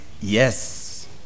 yes